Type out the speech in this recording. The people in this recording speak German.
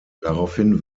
daraufhin